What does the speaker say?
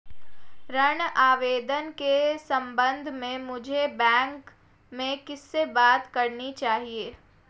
ऋण आवेदन के संबंध में मुझे बैंक में किससे बात करनी चाहिए?